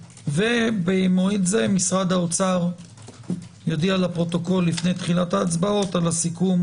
במועד זה משרד האוצר יודיע לפרוטוקול לפני תחילת ההצבעות על הסיכום